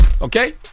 okay